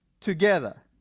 together